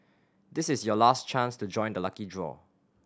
this is your last chance to join the lucky draw